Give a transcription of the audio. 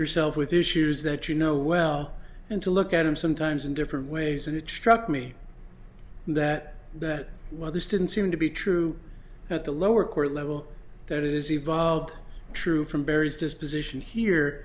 yourself with issues that you know well and to look at them sometimes in different ways and it struck me that that well this didn't seem to be true at the lower court level that it is evolved true from barry's disposition here